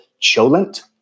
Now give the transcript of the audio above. cholent